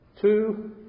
two